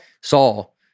Saul